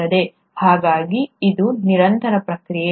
ಹಾಗಾಗಿ ಇದು ನಿರಂತರ ಪ್ರಕ್ರಿಯೆ